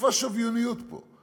איפה השוויוניות פה?